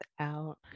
out